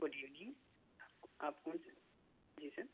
good evening آپ کون sir جی سر